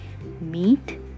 meat